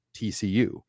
tcu